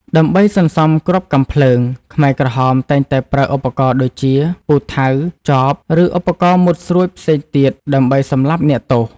ដើម្បីសន្សំគ្រាប់កាំភ្លើង ខ្មែរក្រហមតែងតែប្រើឧបករណ៍ដូចជា ពូថៅ ចប ឬឧបករណ៍មុតស្រួចផ្សេងទៀតដើម្បីសម្លាប់អ្នកទោស។